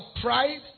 pride